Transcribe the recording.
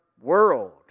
world